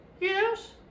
Yes